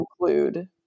include